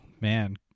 man